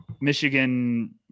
Michigan